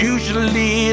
Usually